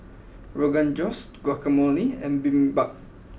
Rogan Josh Guacamole and Bibimbap